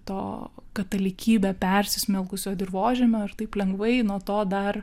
to katalikybe persismelkusio dirvožemio ir taip lengvai nuo to dar